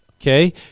Okay